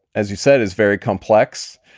as you said, is very complex.